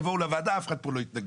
יבוא לוועדה ואף אחד פה לא יתנגד.